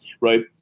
right